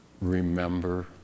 Remember